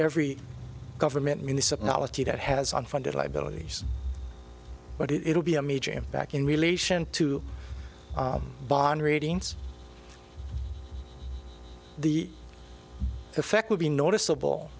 every government municipality that has unfunded liabilities but it will be a major impact in relation to bond ratings the effect will be noticeable